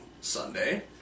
Sunday